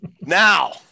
Now